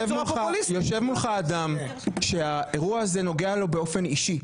יושב מולך אדם שהאירוע הזה נוגע לו באופן אישי.